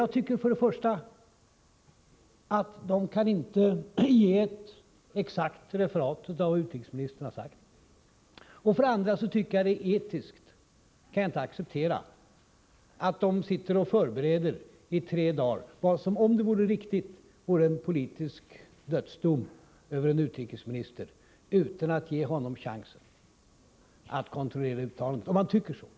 Men de kan, för det första, inte ge ett exakt referat av vad utrikesministern har sagt. För det andra är det etiskt oacceptabelt att de i tre dagar sitter och förbereder vad som — om det var riktigt — vore en politisk dödsdom över en utrikesminister, utan att ge honom chansen att kontrollera uttalandet och bekräfta att han tycker så.